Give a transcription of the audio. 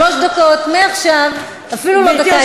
שלוש דקות מעכשיו, אפילו לא דקה יותר.